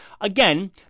Again